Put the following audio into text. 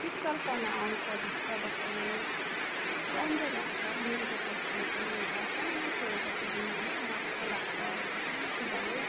शीतलपना आउँछ भित्रबाट नै राम्रो लाग्छ नुनको चिया खानु पनि एउटा सन्चो एउटा फिलिङ होइन मज्जा लाग्छ एउटा शान्ति भयो